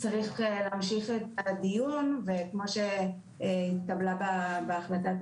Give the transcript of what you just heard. צריך להמשיך את הדיון וכמו שהתקבלה החלטת